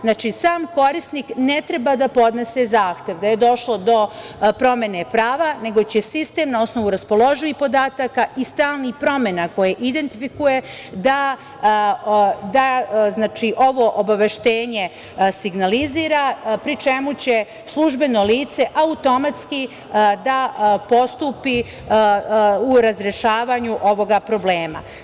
Znači, sam korisnik ne treba da podnese zahtev da je došlo do promene prava, nego će sistem na osnovu raspoloživih podataka i stalnih promena koje identifikuje da ovo obaveštenje signalizira, pri čemu će službeno lice automatski da postupi u razrešavanju ovoga problema.